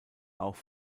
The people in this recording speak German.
auch